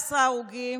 14 הרוגים,